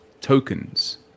tokens